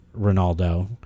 Ronaldo